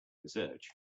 research